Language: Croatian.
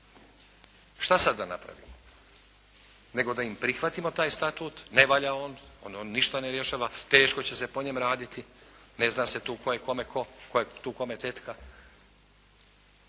Šta sada da napravimo, nego da im prihvatimo taj statut, ne valja on, on ništa ne rješava, teško će se po njemu raditi, ne zna se tu tko je kome tko, tko je tu kome tetka.